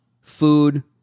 food